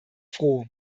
froh